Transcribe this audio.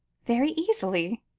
very easily,